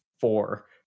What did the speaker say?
four